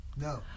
No